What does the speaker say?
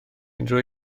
unrhyw